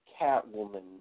Catwoman